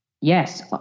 yes